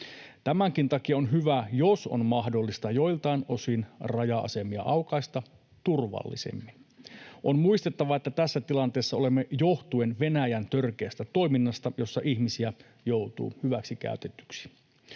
Tämänkin takia on hyvä, jos on mahdollista joiltain osin raja-asemia aukaista turvallisemmin. On muistettava, että olemme tässä tilanteessa johtuen Venäjän törkeästä toiminnasta, jossa ihmisiä joutuu hyväksikäytetyiksi.